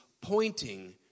pointing